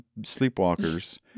sleepwalkers